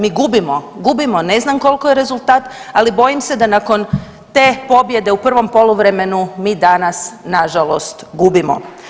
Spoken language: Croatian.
Mi gubimo, gubimo, ne znam koliko je rezultat, ali bojim se da nakon te pobjede u prvom poluvremenu mi danas nažalost gubimo.